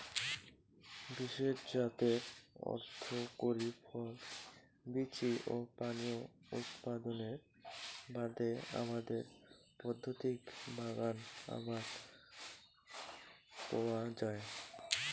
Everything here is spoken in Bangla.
বিশেষ জাতের অর্থকরী ফল, বীচি ও পানীয় উৎপাদনের বাদে আবাদের পদ্ধতিক বাগান আবাদ কওয়া যায়